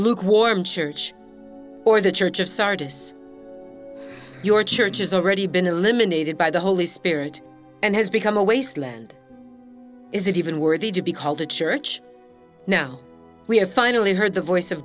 lukewarm church or the church of sardis your church has already been eliminated by the holy spirit and has become a wasteland is it even worthy to be called a church now we have finally heard the voice of